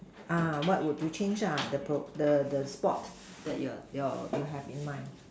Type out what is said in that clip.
uh what could you change lah the Pro the the sport that you your you have in mind